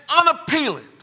unappealing